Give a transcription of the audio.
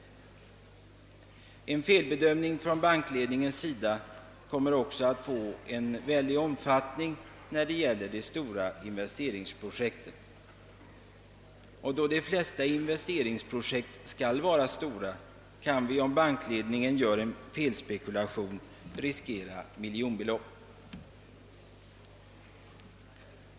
En felbedömning från bankledningens sida när det gäller de stora investeringsprojekten kommer också att få en väldig omfattning. Då de flesta investeringsprojekt skall vara stora kan vi, om bankledningen gör en felspekulation, riskera miljonbelopp.